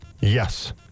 Yes